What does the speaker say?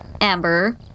Amber